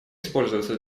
использоваться